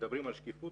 כשמדברים של שקיפות,